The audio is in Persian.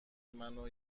منو